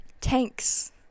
tanks